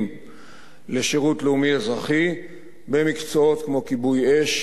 של שירות לאומי-אזרחי במקצועות כמו כיבוי אש,